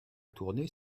tourner